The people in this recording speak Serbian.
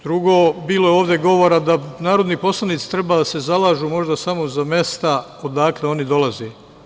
Drugo, bilo je ovde govora da narodni poslanici treba da se zalažu možda samo za mesta odakle oni dolaze.